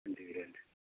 അഞ്ച് കിലോ അല്ലെ